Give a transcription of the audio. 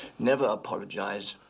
never apologize.